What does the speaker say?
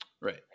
Right